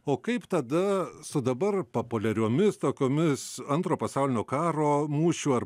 o kaip tada su dabar populiariomis tokiomis antro pasaulinio karo mūšių ar